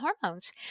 hormones